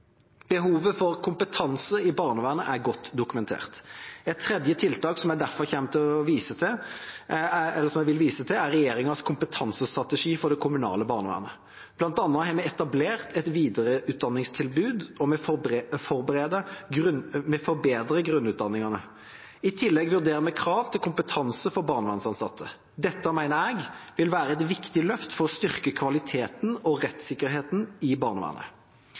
Behovet for kompetanse i barnevernet er godt dokumentert. Et tredje tiltak som jeg derfor vil vise til, er regjeringas kompetansestrategi for det kommunale barnevernet. Blant annet har vi etablert videreutdanningstilbud, og vi forbedrer grunnutdanningene. I tillegg vurderer vi krav til kompetanse for barnevernsansatte. Dette mener jeg vil være et viktig løft for å styrke kvaliteten og rettssikkerheten i barnevernet.